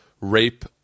rape